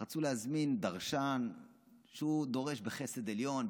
רצו להזמין דרשן שהוא דורש בחסד עליון,